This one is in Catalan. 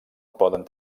poden